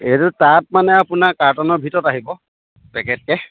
এইটো তাত মানে আপোনাৰ কাৰ্টনৰ ভিতৰত আহিব পেকেটকৈ